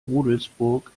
rudelsburg